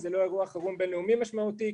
זה לא אירוע חירום בין-לאומי משמעותי,